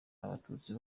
abatutsi